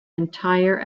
entire